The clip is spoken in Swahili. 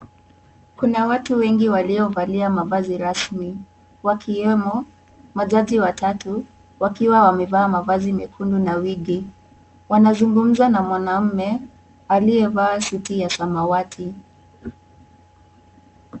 Kuna watu wengi waliovalia mavazi rasmi wakiwemo majaji watatu wakiwa wamevaa mavazi mekundu na wigi. Wanazungumza na mwanamume aliyevaa suti ya samawati.